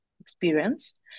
experience